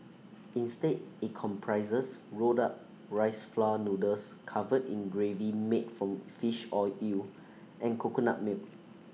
instead IT comprises rolled up rice flour noodles covered in gravy made from fish or eel and coconut milk